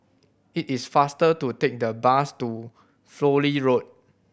it is faster to take the bus to Fowlie Road